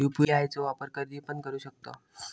UPI चो वापर कधीपण करू शकतव?